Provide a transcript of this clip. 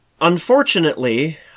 unfortunately